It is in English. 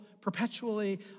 perpetually